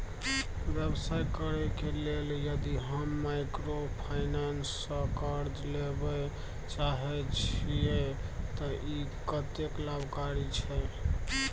व्यवसाय करे के लेल यदि हम माइक्रोफाइनेंस स कर्ज लेबे चाहे छिये त इ कत्ते लाभकारी छै?